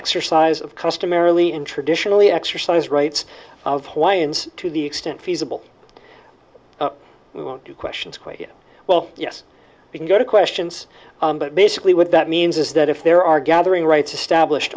exercise of customarily in traditionally exercise rights of hawaiians to the extent feasible we want to question to you well yes you can go to questions but basically what that means is that if there are gathering rights established